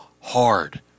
hard